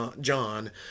John